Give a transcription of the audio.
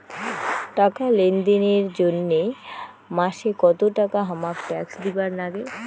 টাকা লেনদেন এর জইন্যে মাসে কত টাকা হামাক ট্যাক্স দিবার নাগে?